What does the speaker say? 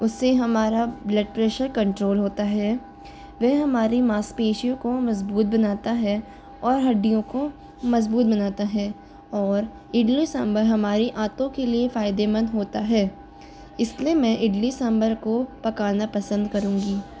उससे हमारा blood pressure control होता है वह हमारी मांसपेशियों को मजबूत बनाता है और हड्डियों को मजबूत बनाता है और इडली सांभर हमारी आँतों के लिए फ़ायदेमंद होता है इसलिए मैं इडली सांभर को पकाना पसंद करूंगी